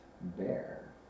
bear